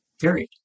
Period